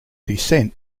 descent